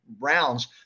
rounds